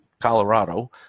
Colorado